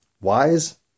wise